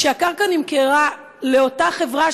כשהקרקע נמכרה לאותה חברה,